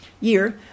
year